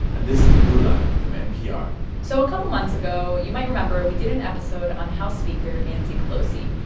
and this is throughline from npr so a couple months ago, you might remember we did an episode on house speaker nancy pelosi.